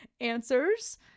answers